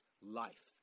Life